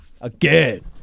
Again